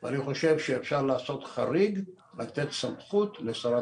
אני חושב שאפשר לעשות חריג ולתת סמכות לשרת